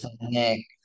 Nick